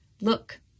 Look